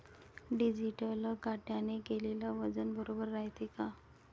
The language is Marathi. डिजिटल काट्याने केलेल वजन बरोबर रायते का?